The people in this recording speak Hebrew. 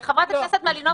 חברת הכנסת מלינובסקי,